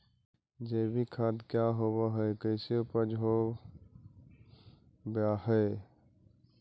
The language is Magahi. जैविक खाद क्या होब हाय कैसे उपज हो ब्हाय?